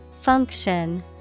Function